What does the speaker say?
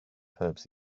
perhaps